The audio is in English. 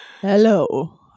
Hello